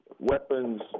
weapons